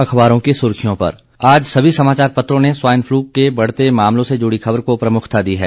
अखबारों की सुर्खियों पर आज सभी समाचार पत्रों ने स्वाइन फ्लू के बढ़ते मामलों से जुड़ी खबर को प्रमुखता दी है